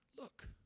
Look